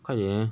快点 leh